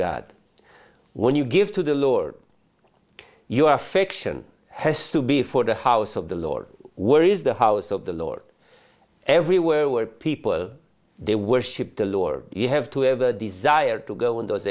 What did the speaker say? god when you give to the lord you are section has to be for the house of the lord were is the house of the lord everywhere where people they worship the lord you have to have a desire to go in th